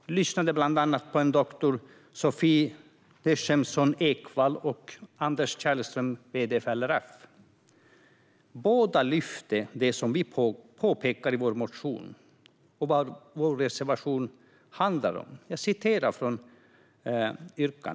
Vi lyssnade bland annat på ekonomie doktor Sophie Nachemson-Ekwall och Anders Källström som är vd på LRF. De lyfte båda fram det som vi i Vänsterpartiet påpekar i vår motion och som vår reservation handlar om. Jag citerar från motionen.